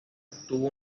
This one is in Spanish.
obtuvo